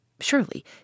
surely